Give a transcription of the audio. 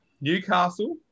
Newcastle